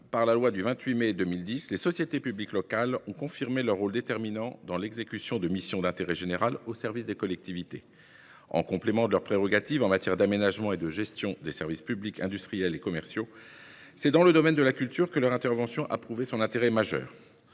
par la loi du 28 mai 2010, les sociétés publiques locales ont confirmé le rôle déterminant qu'elles jouent dans l'exécution de missions d'intérêt général au service des collectivités. En complément de leurs prérogatives en matière d'aménagement et de gestion des services publics industriels et commerciaux, c'est dans le domaine de la culture que leur intervention a démontré son intérêt majeur.